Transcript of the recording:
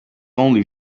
only